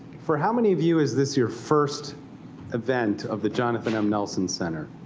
for how many of you is this your first event of the jonathan m. nelson center?